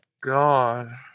God